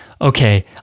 okay